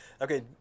Okay